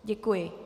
Děkuji.